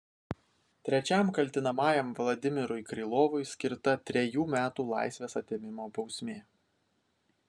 trečiam kaltinamajam vladimirui krylovui skirta trejų metų laisvės atėmimo bausmė